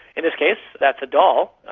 in this case that's a doll,